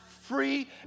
free